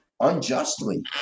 unjustly